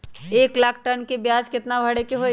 एक लाख ऋन के ब्याज केतना भरे के होई?